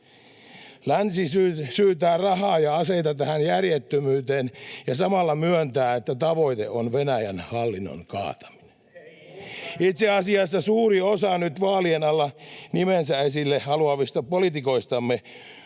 Länsi syytää rahaa ja aseita tähän järjettömyyteen ja samalla myöntää, että tavoite on Venäjän hallinnon kaataminen. [Eduskunnasta: Ei! — Ben Zyskowiczin välihuuto] Itse asiassa suuri osa nyt vaalien alla nimensä esille haluavista poliitikoistamme